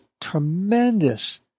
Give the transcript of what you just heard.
tremendous